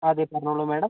അതെ പറഞ്ഞോളൂ മേഡം